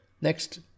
next